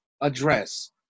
address